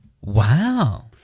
Wow